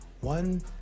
One